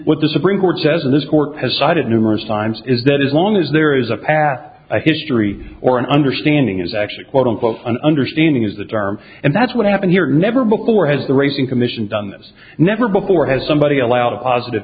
what the supreme court says this court has sided numerous times is that is long as there is a past history or an understanding is actually quote unquote an understanding is the charm and that's what happened here never before has the rape in commission done this never before has somebody allowed a positive